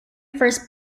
first